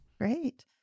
great